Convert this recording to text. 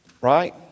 right